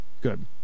Good